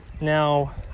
now